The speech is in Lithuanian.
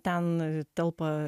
ten telpa